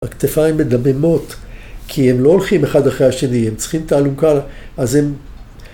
‫הכתפיים מדממות, ‫כי הם לא הולכים אחד אחרי השני, כי ‫הם צריכים את האלונקה, אז הם...